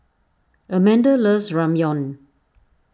Amanda loves Ramyeon